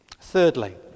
Thirdly